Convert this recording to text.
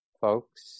folks